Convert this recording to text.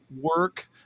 work